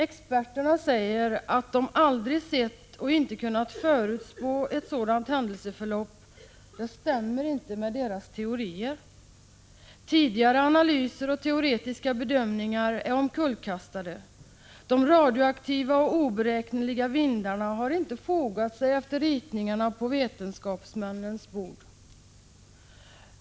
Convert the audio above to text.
Experterna säger att de aldrig sett, och inte kunnat förutspå, ett sådant händelseförlopp; det stämmer inte med deras teorier. Tidigare analyser och teoretiska bedömningar är omkullkastade. De radioaktiva och oberäkneliga vindarna har inte fogat sig efter ritningarna på vetenskapsmännens bord.